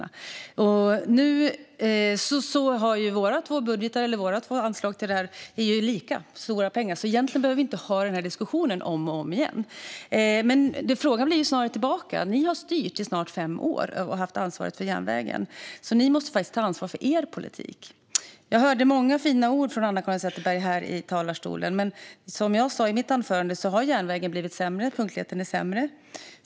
Det är ju lika mycket pengar i våra två budgetar - eller våra två anslag - för detta, så egentligen behöver vi inte ha denna diskussion om och om igen. Frågan går snarare tillbaka. Ni har styrt i snart fem år och haft ansvaret för järnvägen. Ni måste faktiskt ta ansvar för er politik. Jag hörde många fina ord från Anna-Caren Sätherberg i talarstolen, men som jag sa i mitt anförande har järnvägen blivit sämre - punktligheten är sämre.